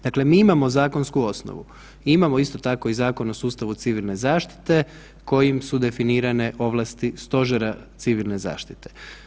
Dakle mi imamo zakonsku osnovu, imamo isto tako i Zakon o sustavu civilne zaštite kojim su definirane ovlasti Stožera civilne zaštite.